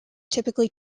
typically